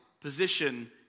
position